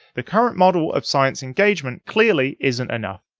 the current model of science engagement clearly isn't enough.